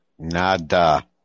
Nada